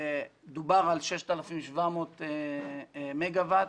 דובר על 6,700 מגה-ואט.